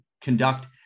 conduct